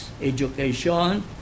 education